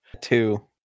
Two